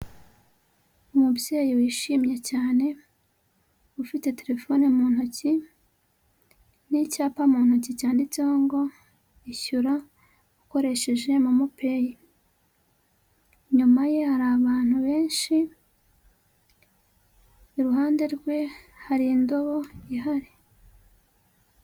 Umubyeyi wishimye cyane ufite telefone mu ntoki n'icyapa mu ntoki cyanditseho ngo:''ishyura ukoresheje momopeyi''; inyuma ye hari abantu benshi, iruhande rwe hari indobo ihari.